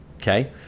okay